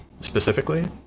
specifically